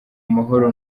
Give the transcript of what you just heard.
amahoro